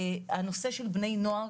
הנושא של בני נוער,